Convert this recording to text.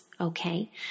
Okay